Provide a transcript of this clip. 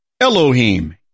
Elohim